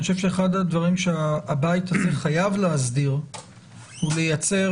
אני חושב שאחד הדברים שהבית הזה חייב להסדיר הוא לייצר